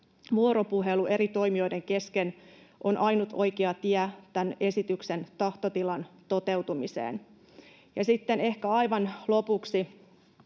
vuoropuhelu eri toimijoiden kesken on ainut oikea tie tämän esityksen tahtotilan toteutumiseen. Ja sitten ehkä aivan lopuksi